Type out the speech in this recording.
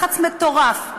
לחץ מטורף,